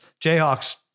Jayhawks